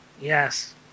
yes